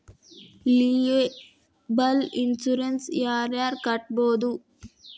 liable insurance ಯಾರ್ ಯಾರ್ ಕಟ್ಬೊದು